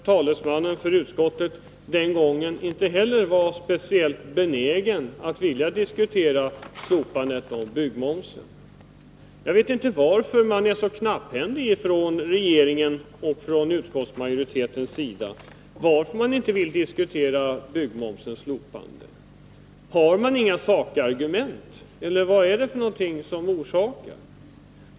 Talesmannen för utskottet var inte heller den gången speciellt benägen att diskutera slopandet av byggmomsen. Jag vet inte varför man från regeringens och utskottsmajoritetens sida är så knapphändig i sina yttranden och inte vill diskutera byggmomsens slopande. Har man inga sakargument eller vad är orsaken?